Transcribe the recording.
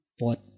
pot